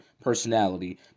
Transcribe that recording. personality